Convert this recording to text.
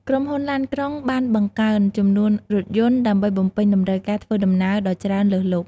ក្រុមហ៊ុនឡានក្រុងបានបង្កើនចំនួនរថយន្ត ដើម្បីបំពេញតម្រូវការធ្វើដំណើរដ៏ច្រើនលើសលប់។